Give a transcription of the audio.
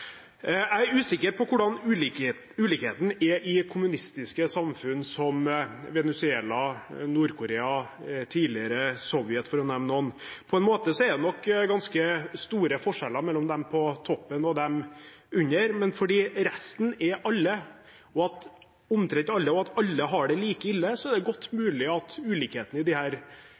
Jeg er usikker på hvordan ulikheten er i kommunistiske samfunn som Venezuela og Nord-Korea, og var i det tidligere Sovjet, for å nevne noen. På en måte er det nok ganske store forskjeller mellom dem på toppen og dem under, men fordi resten er omtrent alle, og fordi alle har det like ille, er det godt mulig at ulikheten i